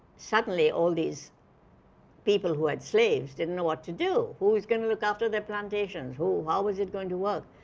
suddenly all these people who had slaves didn't know what to do. who was going to look after their plantations? how was it going to work?